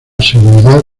seguridad